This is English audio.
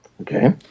Okay